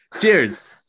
Cheers